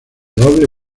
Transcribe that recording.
doble